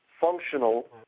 functional